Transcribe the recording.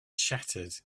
shattered